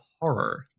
horror